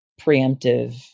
preemptive